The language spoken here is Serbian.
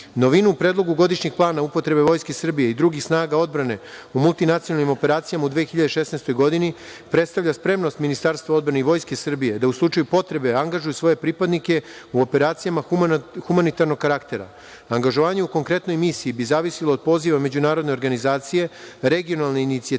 Novinu u Predlogu godišnjeg plana upotrebe Vojske Srbije i drugih snaga odbrane u multinacionalnim operacijama u 2016. godini predstavlja spremnost Ministarstva odbrane i Vojske Srbije da u slučaju potrebe angažuju svoje pripadnike u operacijama humanitarnog karaktera. Angažovanje u konkretnoj misiji bi zavisilo od poziva međunarodne organizacije regionalne inicijative